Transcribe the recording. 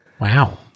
Wow